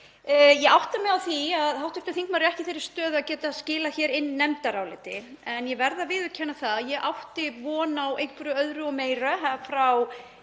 Ég átta mig á því að hv. þingmaður er ekki í þeirri stöðu að geta skilað inn nefndaráliti en ég verð að viðurkenna að ég átti von á einhverju öðru og meira frá